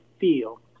feel